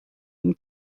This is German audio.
ihm